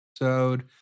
episode